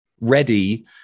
ready